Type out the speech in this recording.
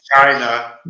China